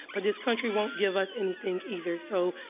but this country won't give us anything either. so,